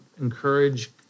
encourage